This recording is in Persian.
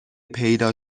پیدا